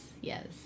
Yes